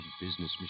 Business